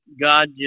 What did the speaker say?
God